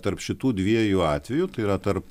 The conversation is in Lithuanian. tarp šitų dviejų atvejų tai yra tarp